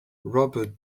robert